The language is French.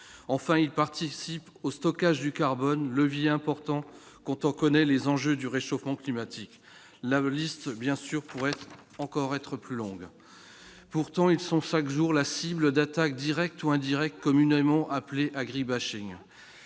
enfin, il participe au stockage du carbone levier important quand on connaît les enjeux du réchauffement climatique, la liste bien sûr pourrait être encore être plus longue, pourtant, ils sont 5 jours la cible d'attaques directes ou indirectes, communément appelée agribashing